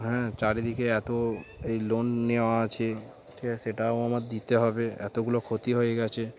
হ্যাঁ চারিদিকে এত এই লোন নেওয়া আছে ঠিক আছে সেটাও আমার দিতে হবে এতগুলো ক্ষতি হয়ে গেছে